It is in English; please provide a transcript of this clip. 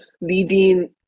leading